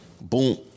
Boom